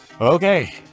Okay